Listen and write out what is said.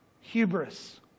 hubris